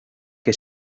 que